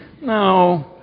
No